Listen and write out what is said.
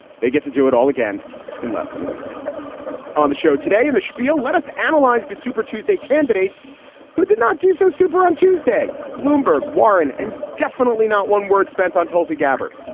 they get to do it all again in less than a week on the show today. and the spiel. let us analyze the super tuesday candidates who did not do so super on tuesday, bloomberg, warren and definitely not one word spent on tulsi gabbard.